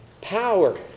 Power